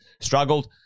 struggled